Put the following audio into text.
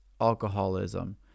alcoholism